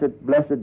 blessed